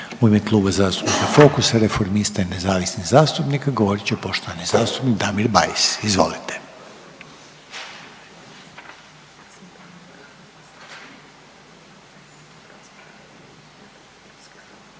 U ime Kluba zastupnika Fokusa, reformista i nezavisnih zastupnika govorit će poštovani zastupnik Damir Bajs, izvolite.